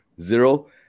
Zero